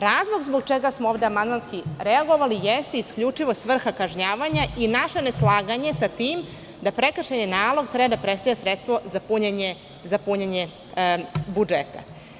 Razlog zbog čega smo ovde amandmanski reagovali jeste isključivo svrha kažnjavanja i naše neslaganje sa tim da prekršajni nalog treba da prestavlja sredstvo za punjenje budžeta.